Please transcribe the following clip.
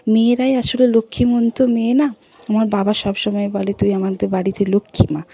মেয়েরাই আসলে লক্ষ্মীমন্ত মেয়ে না আমার বাবা সবসময় বলে তুই আমাদের বাড়িতে লক্ষ্মী মা